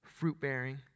fruit-bearing